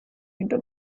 into